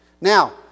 Now